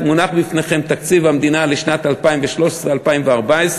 מונח בפניכם תקציב המדינה לשנים 2013 2014,